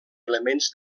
elements